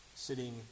sitting